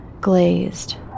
glazed